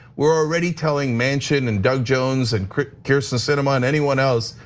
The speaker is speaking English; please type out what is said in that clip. we're already telling manchin, and doug jones, and kyrsten sinema, and anyone else,